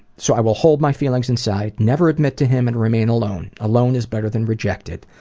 so i will hold my feelings inside, never admit to him and remain alone. alone is better than rejected.